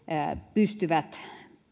pystyvät